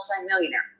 multimillionaire